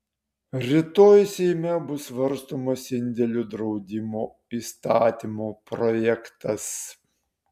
rytoj seime bus svarstomas indėlių draudimo įstatymo projektas